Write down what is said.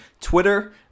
Twitter